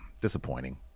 disappointing